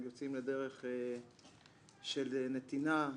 הם יוצאים לדרך של נתינה,